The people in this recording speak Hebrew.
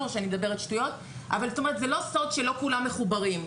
זאת אומרת, זה לא סוד שלא כולם מחוברים,